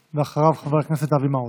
ואחריו, חבר הכנסת אבי מעוז.